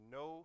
no